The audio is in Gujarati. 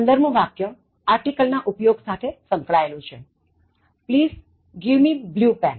15 મું વાક્ય article ના ઉપયોગ સાથે સંક્ળાયેલું છે Please give me blue pen